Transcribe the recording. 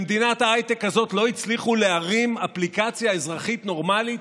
במדינת ההייטק הזאת לא הצליחו להרים אפליקציה אזרחית נורמלית,